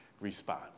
response